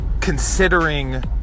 considering